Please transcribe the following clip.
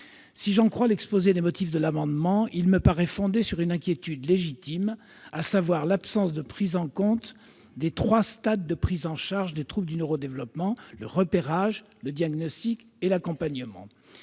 Si j'en crois l'exposé des motifs de l'amendement n° 190 rectifié, il me paraît fondé sur une inquiétude légitime : l'absence de prise en compte des trois stades de prise en charge des troubles du neuro-développement : le repérage, le diagnostic et l'accompagnement.